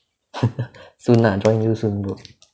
soon ah join you soon bro